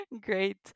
Great